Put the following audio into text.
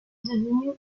devenu